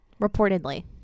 Reportedly